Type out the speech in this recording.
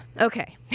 Okay